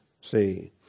see